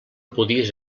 podies